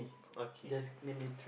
okay